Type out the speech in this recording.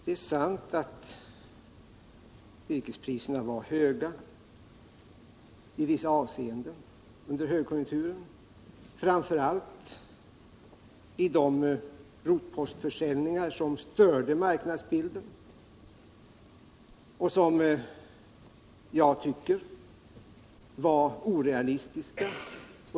Det är sant att virkespriserna i vissa avseenden var höga under högkonjunkturen, framför allt vid de rotpostförsäljningar som störde marknadsbilden och som jag tycker var orealistiska.